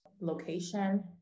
location